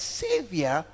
savior